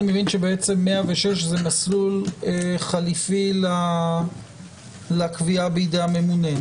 אני מבין ש-106 זה מסלול חליפי לקביעה בידי הממונה.